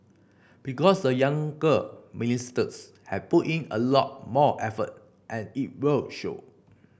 because the younger ministers have put in a lot more effort and it will show